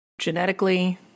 genetically